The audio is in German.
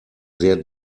sehr